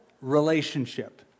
relationship